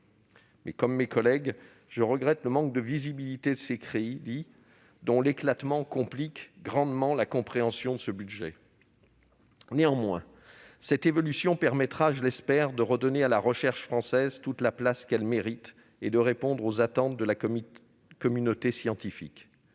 mes collègues, toutefois, je regrette le manque de visibilité de ces crédits budgétaires, dont l'éclatement complique grandement la compréhension. Néanmoins, cette évolution permettra- je l'espère -de redonner à la recherche française toute la place qu'elle mérite, et de répondre aux attentes de la communauté scientifique.